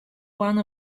one